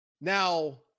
Now